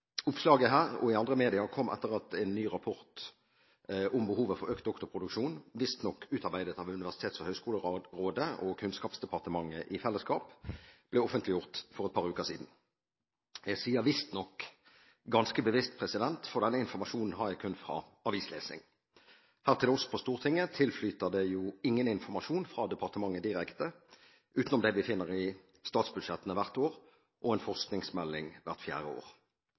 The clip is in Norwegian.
Oppslaget her og i andre media kom etter at en ny rapport om behovet for økt doktorproduksjon, visstnok utarbeidet av Universitets- og høgskolerådet og Kunnskapsdepartementet i fellesskap, ble offentliggjort for et par uker siden. Jeg sier «visstnok» ganske bevisst, for denne informasjonen har jeg kun fra avislesing. Her til oss på Stortinget tilflyter det jo ingen informasjon fra departementet direkte, utenom det vi finner i statsbudsjettene hvert år, og en forskningsmelding hvert fjerde år.